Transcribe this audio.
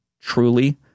truly